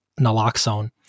naloxone